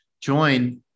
join